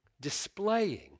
displaying